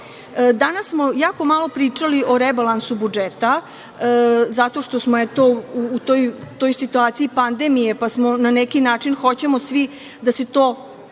itd? Danas smo jako malo pričali o rebalansu budžeta zato što smo u toj situaciji pandemije, pa na neki način hoćemo svi da se to